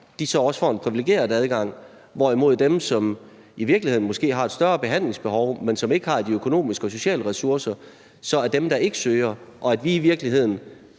også får en privilegeret adgang, hvorimod dem, som i virkeligheden måske har et større behandlingsbehov, men som ikke har de økonomiske eller sociale ressourcer, er dem, der ikke søger. Burde prioriteringsopgaven